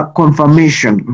confirmation